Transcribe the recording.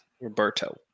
Roberto